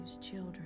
children